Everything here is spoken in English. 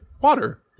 Water